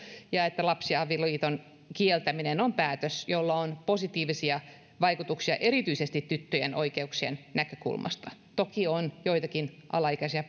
ja että lapsiavioliiton kieltäminen on päätös jolla on positiivisia vaikutuksia erityisesti tyttöjen oikeuksien näkökulmasta toki on joitakin alaikäisiä